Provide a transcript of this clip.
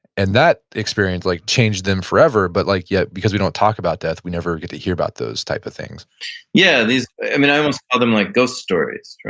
and that experience like changed them forever, but like yet because we don't talk about death, we never get to hear about those type of things yeah these, i mean i almost call them like ghost stories,